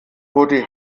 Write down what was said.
wurde